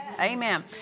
Amen